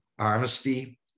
honesty